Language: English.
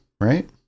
right